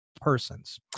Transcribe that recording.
persons